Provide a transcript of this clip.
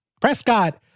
Prescott